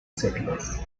settlers